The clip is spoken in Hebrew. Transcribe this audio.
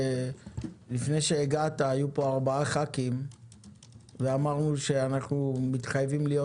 לפני שהגעת היו פה 4 ח"כים ואמרנו שאנחנו מתחייבים להיות